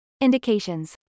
Indications